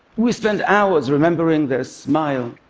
we spend hours remembering their smile,